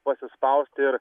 pasispausti ir